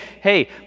hey